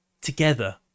together